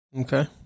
okay